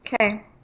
Okay